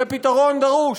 זה פתרון דרוש.